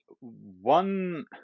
one